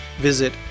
visit